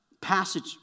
passage